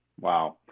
Wow